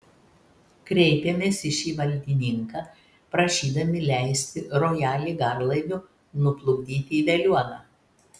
kreipėmės į šį valdininką prašydami leisti rojalį garlaiviu nuplukdyti į veliuoną